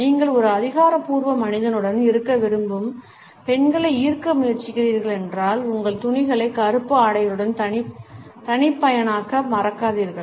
நீங்கள் ஒரு அதிகாரப்பூர்வ மனிதனுடன் இருக்க விரும்பும் பெண்களை ஈர்க்க முயற்சிக்கிறீர்கள் என்றால் உங்கள் துணிகளை கருப்பு ஆடைகளுடன் தனிப்பயனாக்க மறக்காதீர்கள்